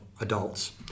adults